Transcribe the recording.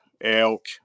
elk